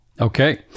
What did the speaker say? okay